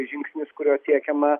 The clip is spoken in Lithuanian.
žingsnis kuriuo siekiama